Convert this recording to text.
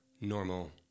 normal